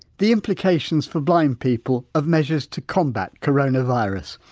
the implications for blind people of measures to combat coronavirus.